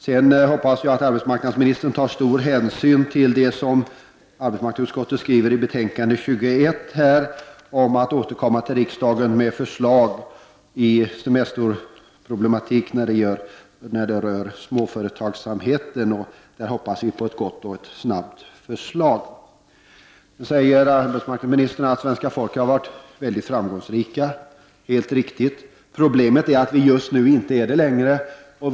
Jag hoppas att arbetsmarknadsministern tar stor hänsyn till det arbetsmarknadsutskottet skriver i sitt betänkande nr 21 om att regeringen bör återkomma till riksdagen med förslag när det gäller småföretagens semesterproblematik. Vi hoppas här på ett snabbt och bra förslag. Arbetsmarknadsministern säger att svenska folket har varit framgångsrikt. Det är helt riktigt. Problemet är att svenska folket nu inte längre är det.